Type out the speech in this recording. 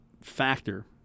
factor